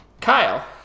Kyle